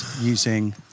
using